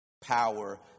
power